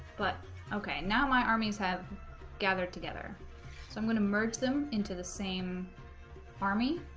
but okay now my armies have gathered together so i'm gonna merge them into the same army